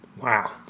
Wow